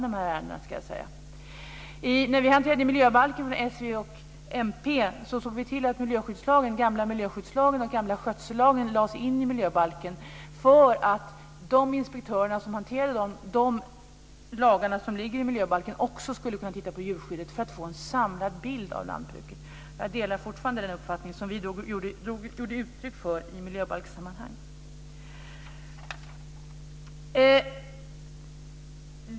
När vi från s, v och mp hanterade miljöbalken såg vi till att gamla miljöskyddslagen och gamla skötsellagen lades in i miljöbalken för att de inspektörer som hanterade de lagar som ligger i miljöbalken också skulle kunna titta på djurskyddet för att få en samlad bild av lantbruket. Jag delar fortfarande den uppfattning som vi då gav uttryck för i miljöbalkssammanhang.